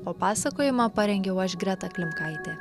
papasakojimą parengiau aš greta klimkaitė